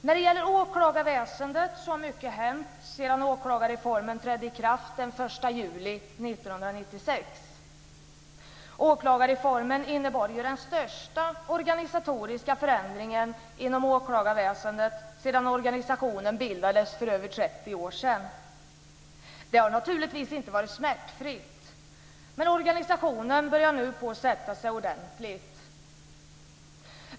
När det gäller åklagarväsendet har mycket hänt sedan åklagarreformen trädde i kraft den 1 juli 1996. Åklagarreformen innebar ju den största organisatoriska förändringen inom åklagarväsendet sedan organisationen bildades för över 30 år sedan. Det har naturligtvis inte varit smärtfritt, men organisationen börjar nu sätta sig ordentligt.